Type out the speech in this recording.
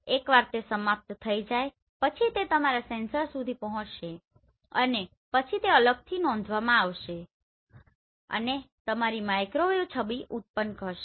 એકવાર તે સમાપ્ત થઈ જાય પછી તે તમારા સેન્સર સુધી પહોંચશે અને પછી તે અલગથી નોંધવામાં આવશે અને તમારી માઇક્રોવેવ છબી ઉત્પન્ન થશે